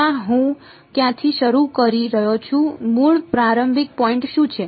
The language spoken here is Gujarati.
ના હું ક્યાંથી શરૂ કરી રહ્યો છું મૂળ પ્રારંભિક પોઈન્ટ શું છે